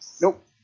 Nope